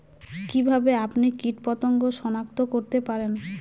কিভাবে আপনি কীটপতঙ্গ সনাক্ত করতে পারেন?